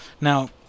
Now